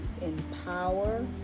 empower